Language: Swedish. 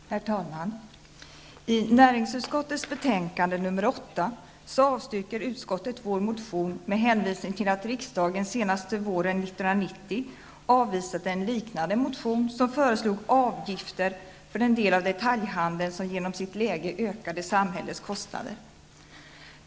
Herr talman! I näringsutskottets betänkande nr 8 avstyrker utskottet vår motion med hänvisning till att riksdagen senast våren 1990 avvisade en liknande motion, där man föreslog avgifter för den del av detaljhandeln som genom sitt läge ökade samhällets kostnader.